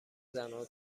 زنها